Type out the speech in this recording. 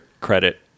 credit